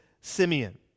Simeon